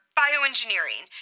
bioengineering